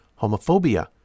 homophobia